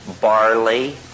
barley